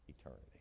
eternity